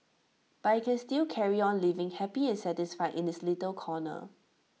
but IT can still carry on living happy and satisfied in its little corner